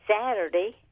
Saturday